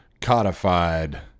codified